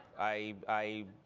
i